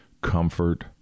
comfort